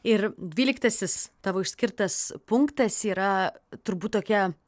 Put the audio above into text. ir dvyliktasis tavo išskirtas punktas yra turbūt tokia